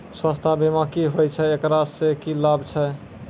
स्वास्थ्य बीमा की होय छै, एकरा से की लाभ छै?